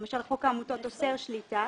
למשל חוק העמותות אוסר שליטה.